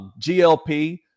GLP